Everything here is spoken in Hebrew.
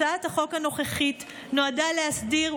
הצעת החוק הנוכחית נועדה להסדיר,